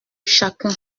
chacun